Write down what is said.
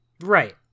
Right